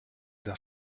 das